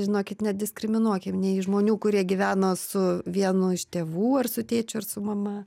žinokit nediskriminuokim nei žmonių kurie gyveno su vienu iš tėvų ar su tėčiu ar su mama